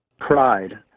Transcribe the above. pride